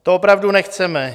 To opravdu nechceme.